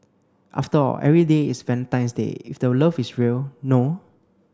after all every day is Valentine's Day if the love is real no